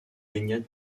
baignade